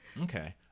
okay